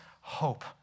hope